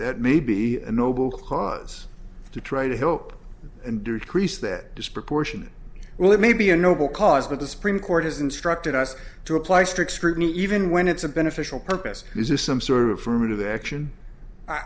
that may be a noble cause to try to help and do crease that disproportion well it may be a noble cause but the supreme court has instructed us to apply strict scrutiny even when it's a beneficial purpose is this some sort of fruit of the action